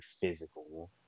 physical